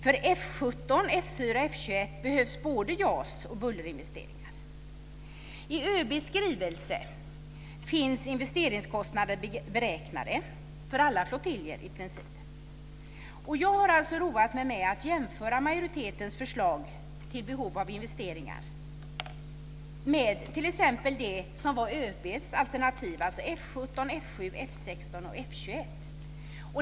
För F 17, F 4 och F 21 behövs både JAS och bullerinvesteringar. I ÖB:s skrivelse är investeringskostnaderna beräknade för i princip alla flottiljer. Jag har roat mig med att jämföra majoritetens förslag till investeringsbehov med t.ex. ÖB:s alternativ, alltså F 17, F 7, F 16 och F 21.